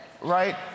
right